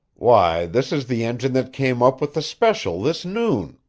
why, this is the engine that came up with the special this noon,